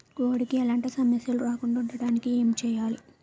కోడి కి ఎలాంటి సమస్యలు రాకుండ ఉండడానికి ఏంటి చెయాలి?